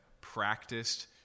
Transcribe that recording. practiced